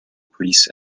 police